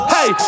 Hey